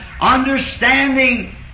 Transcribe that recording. understanding